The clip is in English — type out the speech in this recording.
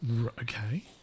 Okay